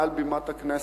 מעל בימת הכנסת,